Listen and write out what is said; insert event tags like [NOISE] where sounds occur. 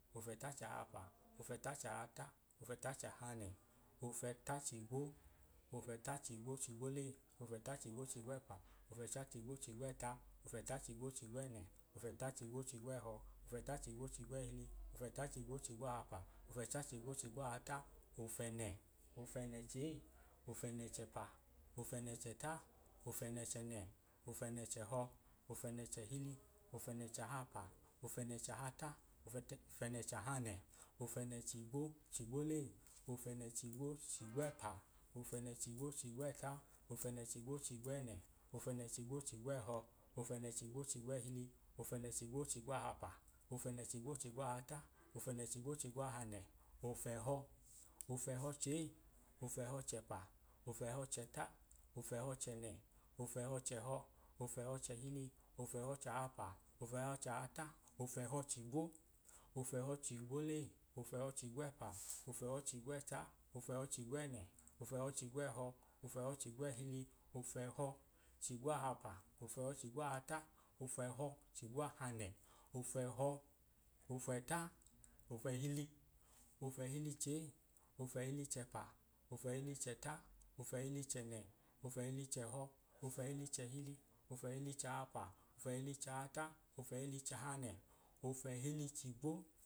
Ofẹtachahapa ofẹtachahata ofẹtachahanẹ ofẹtachigwo ofẹtachigwochigwolei ofẹtachigwochigwẹpa ofẹtachigwochigwẹta ofẹtachigwochigwẹnẹ ofẹtachigwochigwẹhọ ofẹtachigwochigwẹhili ofẹtachigwochigwahapa ofẹtachigwochigwahata ofetachigwochigwahanẹ ofẹnẹ ofẹnẹchei ofẹnẹchẹpa ofẹnẹchẹta ofẹnẹchẹnẹ ofẹnẹchẹhọ ofẹnẹchẹhili ofẹnẹchahapa ofẹnẹchahata ofẹt ofẹnẹchahanẹ ofẹnẹchigwochigwolei ofenẹchigwochigwẹpa ofẹnẹchigwochigwẹta ofẹnẹchigwochigwẹnẹ ofẹnẹchigwochigwẹhọ ofẹnẹchigwochigwẹhili ofẹnẹchigwochigwahapa ofẹnẹchigwochigwahata ofẹnẹchigwochigwahanẹ ofẹhọ ofẹhochei ofẹhọchẹpa ofẹhọchẹta ofẹhọchẹnẹ ofẹhọchẹhọ ofẹhọchẹhili ofẹhọchahapa ofẹhọchahata ofẹhọchigwo ofẹhọchigwolei ofẹhọchigwẹpa ofẹhọchigwẹta ofẹhọchigwẹnẹ ofẹhọchigwẹhọ ofẹhọchigwẹhili ofẹhọchigwahapa ofẹhọchigwahata ofẹhọchigwahanẹ ofẹhọ ofẹta ofẹhili ofẹhilichei ofẹhilichẹpa ofẹhilichẹta ofẹhilichẹnẹ ofẹhilichẹhọ ofẹhilichahapa ofẹhilichahata ofẹhilichahanẹ ofẹhilichigwo ofẹhilichigwolei ofẹhilichigwẹpa ofẹhilichigwẹta ofẹhilichigwẹnẹ ofẹhilichigwẹhọ ofẹhilichigwẹhili ofẹhilichigwahapa ofẹhilichigwahata ofẹhilichigwahanẹ ofehilichigwo [HESITATION] ofchigwo ofẹhilichigwo ofẹmfẹhilichigwẹpa ofchehilichigwahachigweta ofchehilichigwene ofchehilichigweho [UNINTELLIGIBLE]